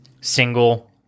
single